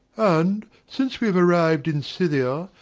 and, since we have arriv'd in scythia,